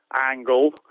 angle